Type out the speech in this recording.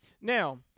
Now